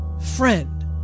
friend